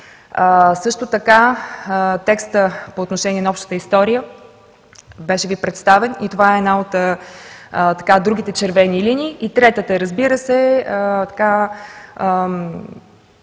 този текст. Текстът по отношение на общата история Ви беше представен и това е една от другите червени линии. Третата, разбира се –